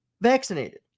vaccinated